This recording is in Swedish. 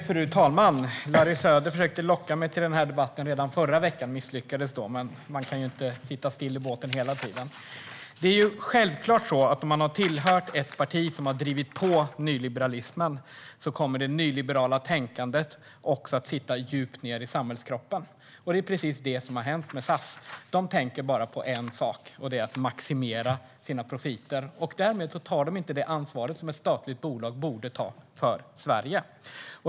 Fru talman! Larry Söder försökte locka mig till denna debatt redan förra veckan. Han misslyckades då, men man kan ju inte sitta still i båten hela tiden. Om man har tillhört ett parti som har drivit på nyliberalismen kommer det nyliberala tänkandet självklart att sitta djupt i samhällskroppen, och det är precis det som har hänt med SAS. De tänker bara på en sak, och det är att maximera sina profiter. Därmed tar de inte det ansvar för Sverige som ett statligt bolag borde ta.